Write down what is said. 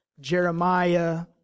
Jeremiah